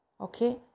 Okay